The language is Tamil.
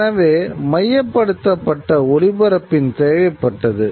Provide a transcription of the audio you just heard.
எனவே மையப்படுத்தப்பட்ட ஒளிப்பரப்பின் தேவைப்பட்டது